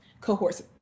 cohorts